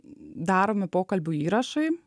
daromi pokalbių įrašai